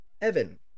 Evan